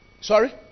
Sorry